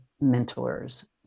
mentors